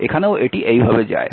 এখানেও এটি এইভাবে যায়